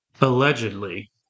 allegedly